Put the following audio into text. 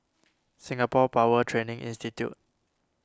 Singapore Power Training Institute